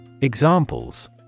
examples